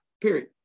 period